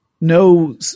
no